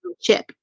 chip